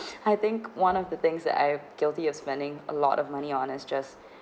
I think one of the things that I'll guilty of spending a lot of money on is just